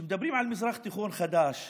כשמדברים על מזרח תיכון חדש,